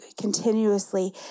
continuously